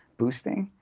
boosting.